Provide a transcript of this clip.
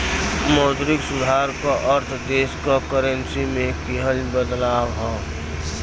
मौद्रिक सुधार क अर्थ देश क करेंसी में किहल बदलाव हौ